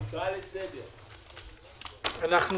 13:10.